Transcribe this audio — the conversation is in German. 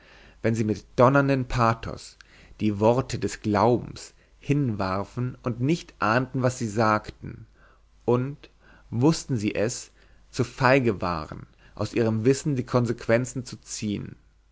wenn sie mit donnerndem pathos die worte des glaubens hinwarfen und nicht ahnten was sie sagten und wußten sie es zu feige waren aus ihrem wissen die konsequenzen zu ziehen